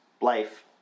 life